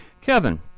Kevin